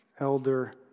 elder